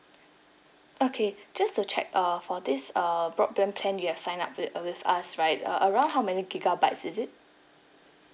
okay just to check uh for this err broadband plan you have signed up with with us right uh around how many gigabytes is it